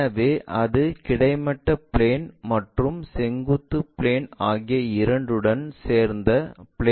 எனவே அது கிடைமட்ட பிளேன் மற்றும் செங்குத்து பிளேன் ஆகிய இரண்டுடன் சேர்ந்த பிளேன் ஆக மாறுகிறது